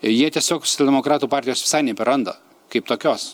jie tiesiog socialdemokratų partijos visai neberanda kaip tokios